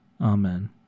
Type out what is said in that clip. Amen